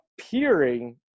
appearing